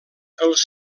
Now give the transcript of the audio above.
els